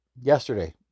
yesterday